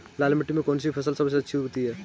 लाल मिट्टी में कौन सी फसल सबसे अच्छी उगती है?